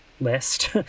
list